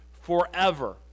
forever